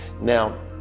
Now